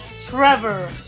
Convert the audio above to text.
Trevor